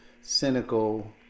cynical